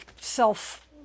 self